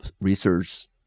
research